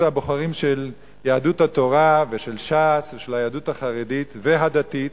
זה הבוחרים של יהדות התורה ושל ש"ס ושל היהדות החרדית והדתית,